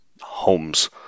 homes